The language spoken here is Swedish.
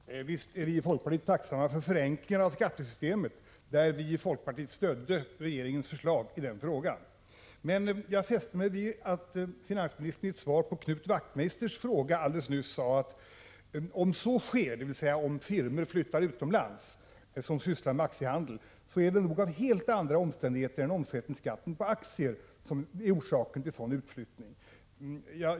Herr talman! Visst är vi i folkpartiet tacksamma för förenklingar i skattesystemet — folkpartiet stödde regeringens förslag i den frågan. Men jag fäste mig vid att finansministern i sitt svar på Knut Wachtmeisters fråga alldeles nyss sade, att om firmor som bedriver aktiehandel flyttar utomlands, så är det nog helt andra omständigheter än omsättningsskatten på aktier som är orsaken till en sådan utflyttning.